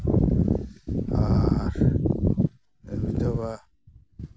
ᱟᱨ ᱵᱤᱫᱷᱚᱵᱟ